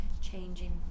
changing